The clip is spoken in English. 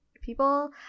people